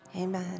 Amen